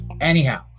Anyhow